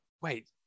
wait